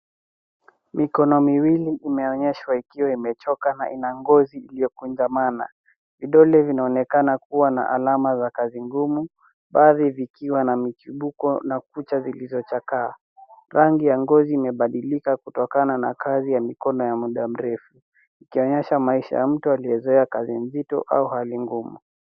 Mikono miwili imeonyeshwa ikiwa imechoka na ina ngozi iliyokunjamana. Vidole vinaonekana kuwa na alama za kazi ngumu baadhi zikiwa na michubuko na kucha zilizochakaa. Rangi ya ngozi imebadilika kutokana na kazi ya mikono ya muda mrefu ikionyesha maisha ya mtu aliyezoea kazi nzito au hali ngumu.